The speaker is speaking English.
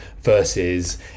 versus